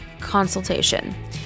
consultation